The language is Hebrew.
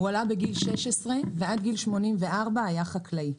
הוא עלה בגיל 16, ועד גיל 84 היה חקלאי.